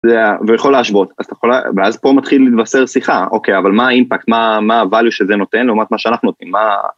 ויכול להשוות, ואז פה מתחיל להיווצר שיחה, אוקיי, אבל מה האימפקט, מה הvalue שזה נותן לעומת מה שאנחנו נותנים? מה